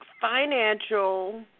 financial